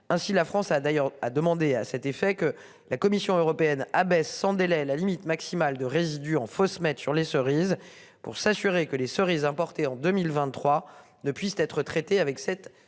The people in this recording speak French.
Ainsi la France a d'ailleurs à demandé à cet effet que la Commission européenne abaisse sans délai la limite maximale de résidus en fausse mettent sur les cerises pour s'assurer que les cerises importées en 2023. Depuis cet être traités avec cette